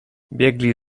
biegli